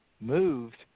moved